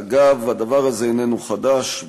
אגב, הדבר הזה איננו חדש.